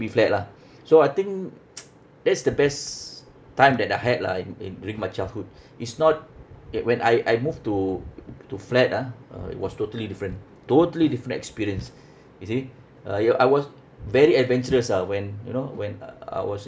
with flat lah so I think that's the best time that I had lah in in during my childhood is not it when I I move to to flat ah uh it was totally different totally different experience you see uh ya I was very adventurous ah when you know when uh I was